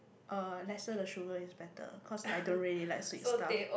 uh lesser the sugar is better cause I don't really like sweet stuff